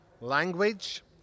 language